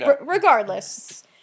regardless